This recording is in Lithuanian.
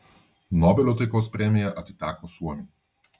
nobelio taikos premija atiteko suomiui